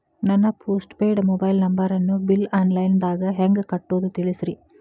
ನನ್ನ postpaid mobile ನಂಬರನ್ನು bill online ದಾಗ ಹೆಂಗ್ ಕಟ್ಟೋದು ತಿಳಿಸ್ರಿ